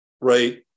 right